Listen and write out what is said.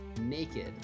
naked